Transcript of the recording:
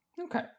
Okay